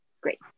Great